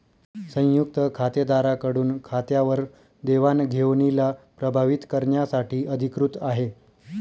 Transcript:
संयुक्त खातेदारा कडून खात्यावर देवाणघेवणीला प्रभावीत करण्यासाठी अधिकृत आहे